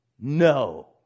No